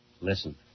Listen